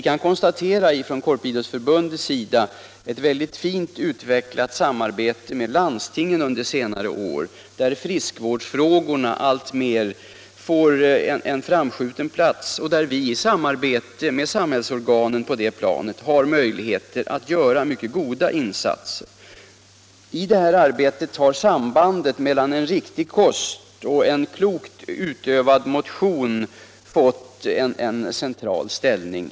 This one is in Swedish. Från Korporationsidrottsförbundets sida kan vi konstatera att ett mycket fint samarbete har utvecklats med landstingen under senare år, där friskvårdsfrågorna alltmer fått en framskjuten plats i samarbete med olika samhällsorgan. Vi får härigenom möjligheter att göra mycket goda insatser. I det arbetet har sambandet mellan riktig kost och klokt utövad motion fått en central ställning.